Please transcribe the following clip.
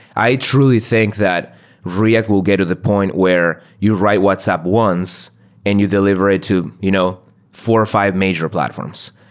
i truly think that react will get to the point where you write whatsapp once and you deliver it to you know four or five major platforms.